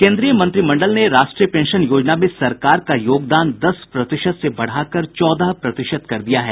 केन्द्रीय मंत्रिमंडल ने राष्ट्रीय पेंशन योजना में सरकार का योगदान दस प्रतिशत से बढ़ाकर चौदह प्रतिशत कर दिया है